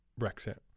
Brexit